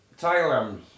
Thailand